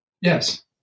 Yes